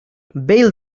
bail